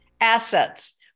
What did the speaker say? Assets